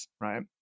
right